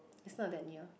it's not that near